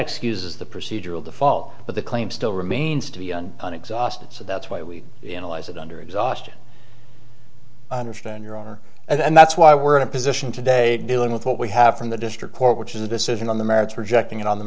excuses the procedural default but the claim still remains to be done on exhaust so that's why we analyze it under exhaustion understand your honor and that's why we're in a position today dealing with what we have from the district court which is a decision on the merits rejecting it on the